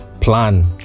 plan